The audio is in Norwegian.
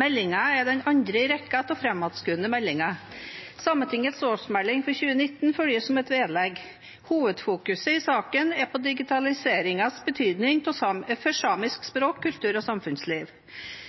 Meldingen er den andre i rekken av framoverskuende meldinger. Sametingets årsmelding for 2019 følger som et vedlegg. Hovedfokuset i saken er på digitaliseringens betydning for samisk språk, kultur og samfunnsliv.